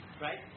right